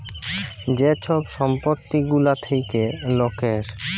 যে ছব সম্পত্তি গুলা থ্যাকে লকের